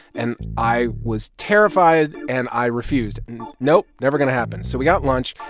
and i was terrified, and i refused nope. never going to happen. so we got lunch,